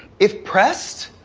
if pressed,